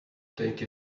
take